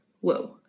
Whoa